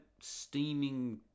steaming